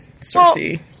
Cersei